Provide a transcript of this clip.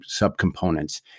subcomponents